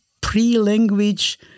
pre-language